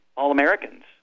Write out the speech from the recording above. All-Americans